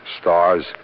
stars